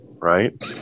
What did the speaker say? Right